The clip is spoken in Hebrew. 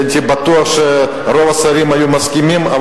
אני בטוח שרוב השרים היו מסכימים,